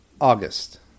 August